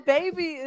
baby